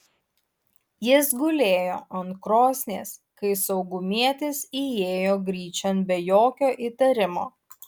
jis gulėjo ant krosnies kai saugumietis įėjo gryčion be jokio įtarimo